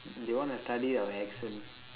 they wanna study our accent